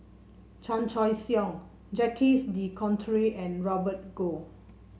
Chan Choy Siong Jacques De Coutre and Robert Goh